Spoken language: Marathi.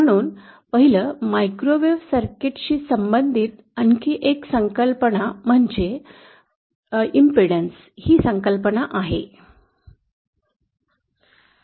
म्हणूनच 1 ला मायक्रोवेव्ह सर्किटशी संबंधित आणखी एक संकल्पना म्हणजे प्रतिरोध ही संकल्पना आहे